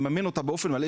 מממן אותה באופן מלא,